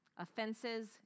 offenses